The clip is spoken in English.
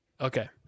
Okay